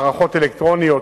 מערכות אלקטרוניות,